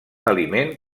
aliment